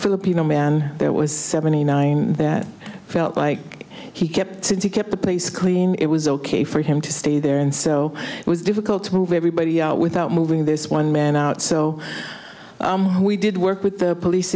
filipino man there was seventy nine that felt like he kept to keep the place clean it was ok for him to stay there and so it was difficult to move everybody out without moving this one man out so we did work with the polic